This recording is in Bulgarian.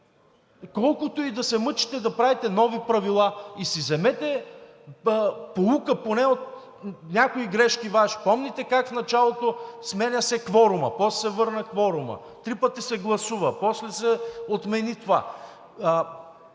колкото и да се мъчите да правите нови правила и си вземете поука поне от някои Ваши грешки. Помните как в началото се сменя кворумът, после се върна кворумът, три пъти се гласува, после се отмени това.